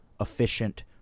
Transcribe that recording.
efficient